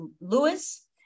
Lewis